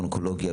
אונקולוגיה,